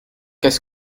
qu’est